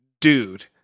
dude